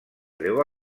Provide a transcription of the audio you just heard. deu